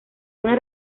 una